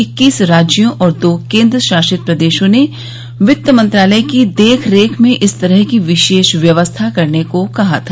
इक्कीस राज्यों और दो केंद्र शासित प्रदेशों ने वित्त मंत्रालय की देख रेख में इस तरह की विशेष व्यवस्था करने को कहा था